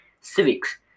civics